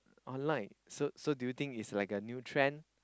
online so so do you think it's like a new trend